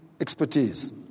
expertise